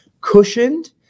cushioned